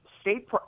state